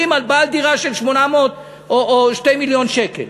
על בעל דירה של 800,000 או 2 מיליון שקל.